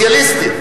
הם ישראלים.